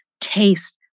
taste